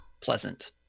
pleasant